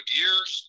years